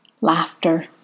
Laughter